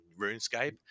RuneScape